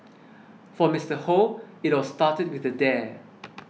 for Mister Hoe it all started with a dare